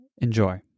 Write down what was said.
Enjoy